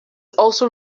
also